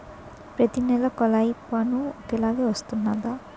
ప్రతి నెల కొల్లాయి పన్ను ఒకలాగే వస్తుందా?